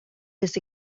this